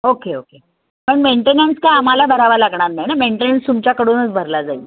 okay okay पण maintenance काय आम्हाला भरावा लागणार नाही ना मेंटेनन्स तुमच्याकडूनच भरला जाईल